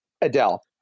Adele